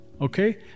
Okay